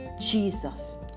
Jesus